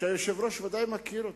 והיושב-ראש ודאי מכיר אותו.